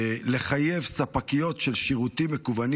נועדה לחייב ספקיות של שירותים מקוונים